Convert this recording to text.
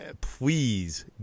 please